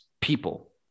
people